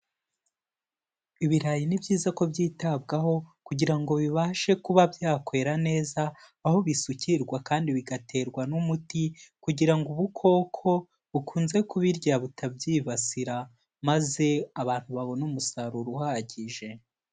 Ibirayi ni byiza ko byitabwaho kugira ngo bibashe kuba byakwera neza aho bisukirwa kandi bigaterwa n'umuti kugira ngo ubukoko bukunze kubirya butabyibasira, maze abantu babone umusaruro uhagije.